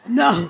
no